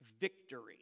Victory